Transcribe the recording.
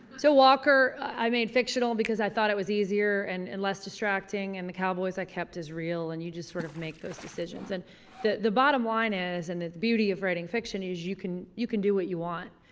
so walker, i made fictional because i thought it was easier and and less distracting and the cowboys i kept as real and you just sort of make those decisions and the the bottom line is and that the beauty of writing fiction is you can, you can do what you want.